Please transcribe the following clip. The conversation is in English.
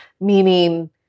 meaning